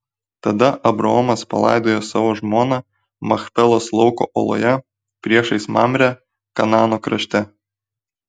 tada abraomas palaidojo savo žmoną machpelos lauko oloje priešais mamrę kanaano krašte